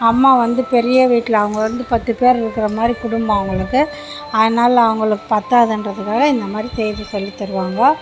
அம்மா வந்து பெரிய வீட்டில் அவங்க வந்து பத்து பேர் இருக்கிற மாதிரி குடும்பம் அவங்களுக்கு அதனால் அவங்களுக்கு பத்தாதுன்றதுக்காக இந்த மாதிரி செய்யிறதுக்கு சொல்லி தருவாங்க